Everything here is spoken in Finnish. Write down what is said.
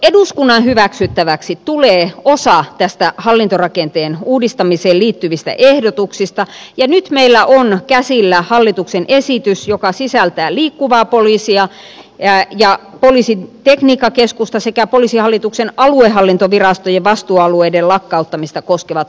eduskunnan hyväksyttäväksi tulee osa näistä hallintorakenteen uudistamiseen liittyvistä ehdotuksista ja nyt meillä on käsillä hallituksen esitys joka sisältää liikkuvaa poliisia ja poliisin tekniikkakeskusta sekä poliisihallituksen aluehallintovirastojen vastuualueiden lakkauttamista koskevat asiakokonaisuudet